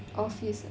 office ah